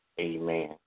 Amen